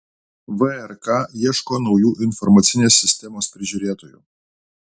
vrk ieško naujų informacinės sistemos prižiūrėtojų